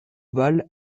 ovales